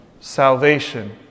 Salvation